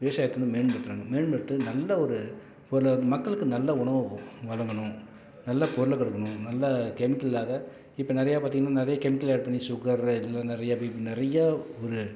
விவசாயத்தில் மேன்படுத்துறாங்க மேன்படுத்தி நல்ல ஒரு ஒரு மக்களுக்கு நல்ல உணவு வழங்கணும் நல்ல பொருளை கொடுக்கணும் நல்ல கெமிக்கல் இல்லாத இப்போ நிறையா பார்த்தீங்கன்னா நிறைய கெமிக்கல் ஆட் பண்ணி சுகர் இதுலாம் நிறையா பீப்பி நிறையா ஒரு